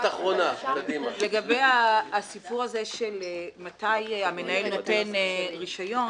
לגבי השאלה מתי המנהל נותן רישיון,